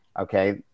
Okay